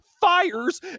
fires